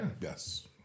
Yes